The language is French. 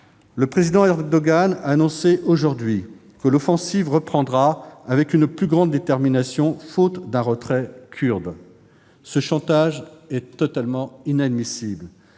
Le président Erdogan a annoncé aujourd'hui que l'offensive reprendra « avec une plus grande détermination » faute d'un retrait kurde. Ce chantage est totalement inadmissible.